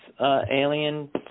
alien